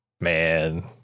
man